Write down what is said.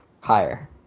Higher